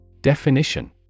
Definition